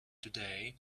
today